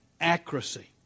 accuracy